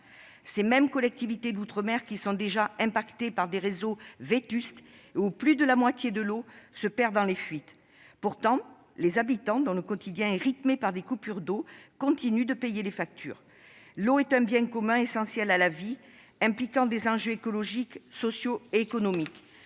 Les collectivités d'outre-mer sont impactées par des réseaux vétustes, où plus de la moitié de l'eau se perd dans les fuites. Pourtant, les habitants, dont le quotidien est rythmé par des coupures d'eau, continuent de payer des factures. L'eau est un bien commun essentiel à la vie impliquant des enjeux écologiques, sociaux et économiques,